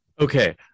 Okay